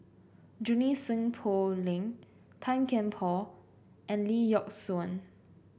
Junie Sng Poh Leng Tan Kian Por and Lee Yock Suan